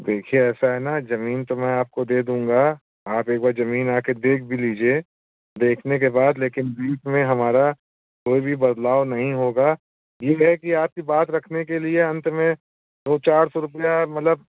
देखिए ऐसा है ना ज़मीन तो मैं आपको दे दूँगा आप एक बार ज़मीन आकर देख भी लीजिए देखने के बाद लेकिन बीच में हमारा कोई भी बदलाव नहीं होगा उम्मीद है कि आपकी बात रखने के लिए अन्त में दो चार सौ रुपये मतलब